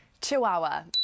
Chihuahua